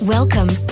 Welcome